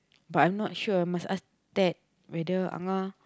but I not sure must ask Ted whether Ah-Ngah